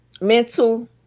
mental